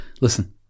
listen